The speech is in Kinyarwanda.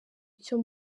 icyo